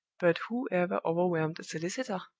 but who ever overwhelmed a solicitor?